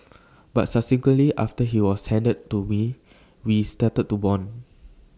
but subsequently after he was handed to me we started to Bond